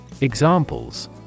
Examples